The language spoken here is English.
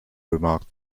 remarked